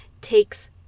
takes